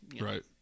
Right